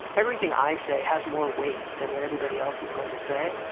everything i say has more weight than what everybody else is going to say.